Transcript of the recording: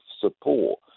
support